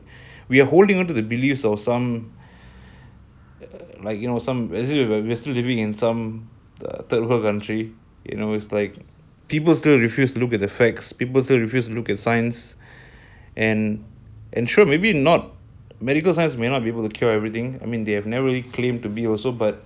we are holding onto the beliefs of some let's say you know some we're still living in like some third world country like people still refuse to look at the facts people's refused look at science and ensure maybe not medical science may not be able to cure everything I mean they have narrowly claim to be also but